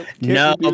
No